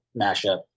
mashup